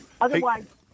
Otherwise